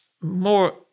more